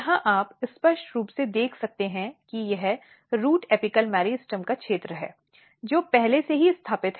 यहां आप स्पष्ट रूप से देख सकते हैं कि यह रूट एपिकल मेरिस्टेम का क्षेत्र है जो पहले से ही स्थापित है